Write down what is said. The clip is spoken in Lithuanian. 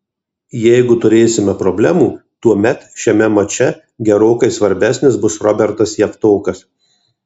jeigu turėsime problemų tuomet šiame mače gerokai svarbesnis bus robertas javtokas